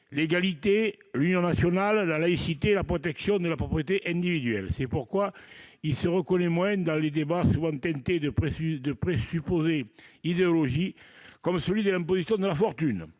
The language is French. l'égalité, l'union nationale, la laïcité, la protection de la propriété individuelle ... C'est pourquoi il se reconnaît moins dans les débats souvent teintés de présupposés idéologiques, comme celui de l'imposition de la fortune.